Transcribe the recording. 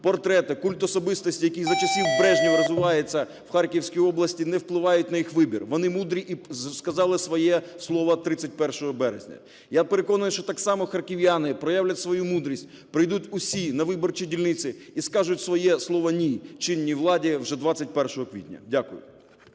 портрети, культ особистості, який за часів Брежнєва розвивається в Харківській області, не впливають на їх вибір, вони мудрі і сказали своє слово 31 березня. Я переконаний, що так само харків'яни проявлять свою мудрість, прийдуть усі на виборчі дільниці і скажуть своє слово "ні" чинній владі вже 21 квітня. Дякую.